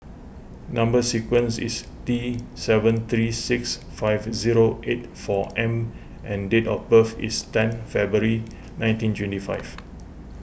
Number Sequence is T seven three six five zero eight four M and date of birth is ten February nineteen twenty five